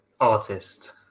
artist